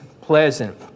pleasant